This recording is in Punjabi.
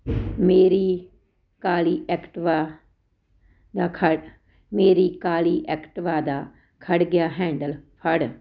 ਮੇਰੀ ਕਾਲੀ ਐਕਟਵਾ ਦਾ ਖੜ੍ਹ ਮੇਰੀ ਕਾਲੀ ਐਕਟਵਾ ਦਾ ਖੜ੍ਹ ਗਿਆ ਹੈਂਡਲ ਫੜ